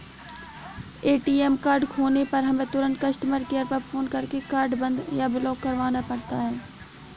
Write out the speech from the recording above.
ATM card खोने पर हमें तुरंत कस्टमर केयर पर फ़ोन करके कार्ड बंद या ब्लॉक करवाना पड़ता है